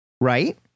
right